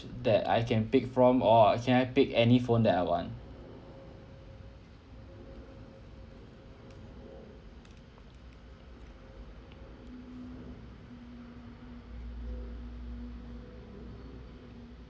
that I can pick from or can I pick any phone that I want